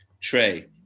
Trey